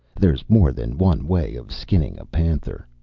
there's more than one way of skinning a panther.